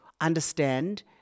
understand